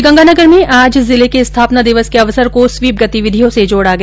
श्रीगंगानगर में आज जिले के स्थापना दिवस के अवसर को स्वीप गतिविधियों से जोडा गया